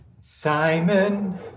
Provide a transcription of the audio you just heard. Simon